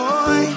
Boy